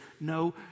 no